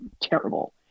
terrible